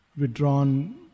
withdrawn